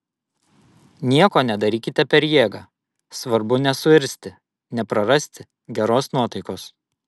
nieko nedarykite per jėgą svarbu nesuirzti neprarasti geros nuotaikos